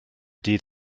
dydd